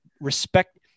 respect